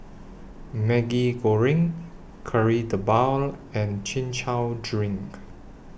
Maggi Goreng Kari Debal and Chin Chow Drink